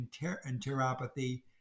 enteropathy